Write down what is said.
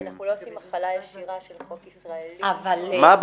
כי אנחנו לא עושים החלה ישירה של חוק ישראלי --- מה הבעיה?